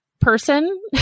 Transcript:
person